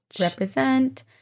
Represent